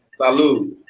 Salud